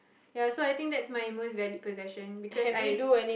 ya so I think that is my most values possession